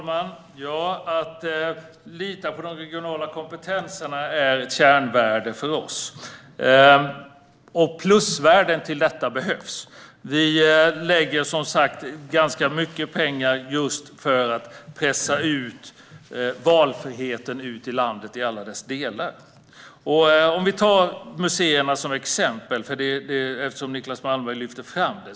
Herr talman! Att lita på de regionala kompetenserna är ett kärnvärde för oss, och plusvärden till detta behövs. Vi lägger, som sagt, ganska mycket pengar just för att pressa valfriheten ut i landet i alla dess delar. Låt oss ta museerna som exempel, eftersom Niclas Malmberg lyfte fram dem.